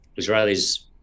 Israelis